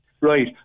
Right